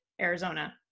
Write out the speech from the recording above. Arizona